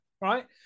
right